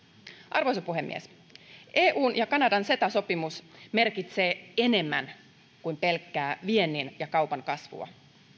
arvoisa puhemies eun ja kanadan ceta sopimus merkitsee enemmän kuin pelkkää viennin ja kaupan kasvua